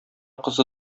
кызы